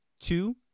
Two